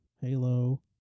Halo